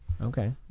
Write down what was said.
Okay